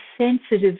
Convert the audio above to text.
sensitive